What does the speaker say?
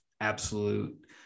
absolute